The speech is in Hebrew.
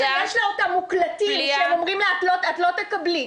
יש לה אותם מוקלטים שהם אומרים לה: את לא תקבלי.